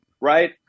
right